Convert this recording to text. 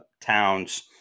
towns